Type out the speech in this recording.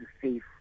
safe